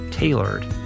Tailored